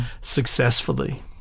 successfully